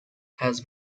has